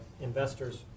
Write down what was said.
investors